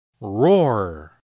Roar